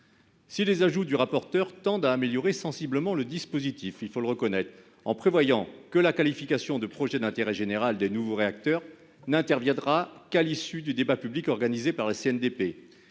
Si les ajouts du rapporteur tendent à améliorer sensiblement le dispositif, en prévoyant que la qualification de projet d'intérêt général (PIG) des nouveaux réacteurs n'interviendra qu'à l'issue du débat public organisé par la